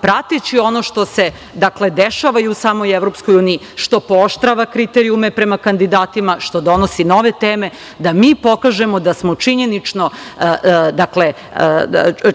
prateći ono što se dešava i u samoj EU, što pooštrava kriterijume prema kandidatima, što donosi nove teme, da mi pokažemo da smo